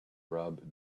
rub